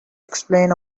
explain